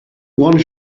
one